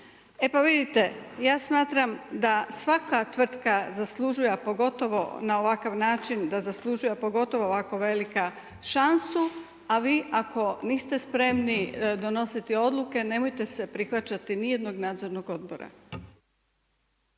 E pa vidite, ja smatram da svaka tvrtka zaslužuje a pogotovo na ovakav način, a pogotovo ovako velika, šansu, a vi ako niste spremni donositi odluke, nemojte se prihvaćati nijednog nadzornog odbora.